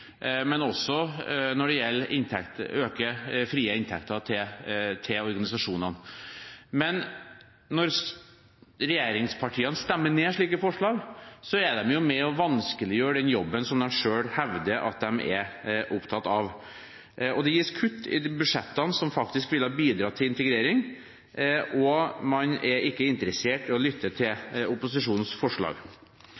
frie inntektene til organisasjonene. Når regjeringspartiene stemmer ned slike forslag, er de jo med på å vanskeliggjøre den jobben de selv hevder at de er opptatt av. Det gjøres kutt i budsjettene, som faktisk ville bidratt til integrering, og man er ikke interessert i å lytte til